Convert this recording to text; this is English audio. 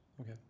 okay